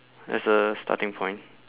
as a starting point